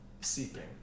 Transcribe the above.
seeping